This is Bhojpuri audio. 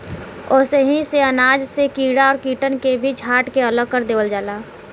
ओसैनी से अनाज से कीड़ा और कीटन के भी छांट के अलग कर देवल जाला